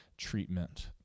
treatment